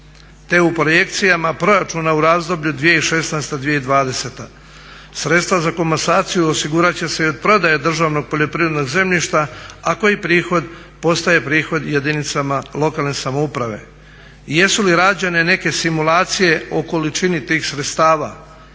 te u projekcijama proračuna u razdoblju 2016.-2020. Sredstva za komasaciju osigurat će se i od prodaje državnog poljoprivrednog zemljišta, a koji prihod postaje prihod jedinicama lokalne samouprave. Jesu li rađene neke simulacije o količini tih sredstava